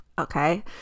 Okay